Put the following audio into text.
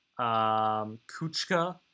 Kuchka